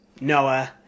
Noah